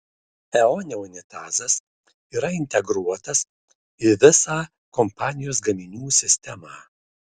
eone unitazas yra integruotas į visą kompanijos gaminių sistemą